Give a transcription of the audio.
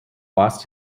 lost